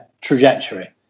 trajectory